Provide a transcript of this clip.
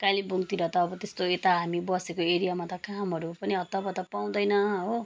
कालिम्पोङतिर त अब त्यस्तो यता हामी बसेको एरियामा त कामहरू पनि हत्तपत्त पाउँदैन हो